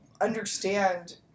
understand